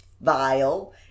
vile